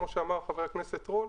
כמו שאמר חבר הכנסת רול,